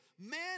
man